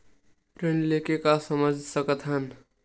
ऋण ले का समझ सकत हन?